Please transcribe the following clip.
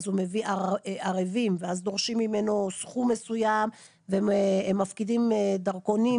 אז הוא מביא ערבים ואז דורשים ממנו סכום מסוים והם מפקידים דרכונים,